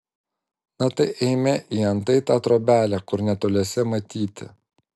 na tai eime į antai tą trobelę kur netoliese matyti